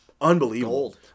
unbelievable